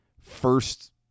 first